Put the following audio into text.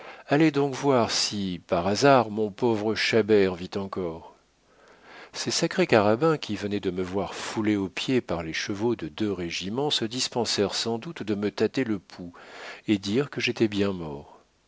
allez donc voir si par hasard mon pauvre chabert vit encore ces sacrés carabins qui venaient de me voir foulé aux pieds par les chevaux de deux régiments se dispensèrent sans doute de me tâter le pouls et dirent que j'étais bien mort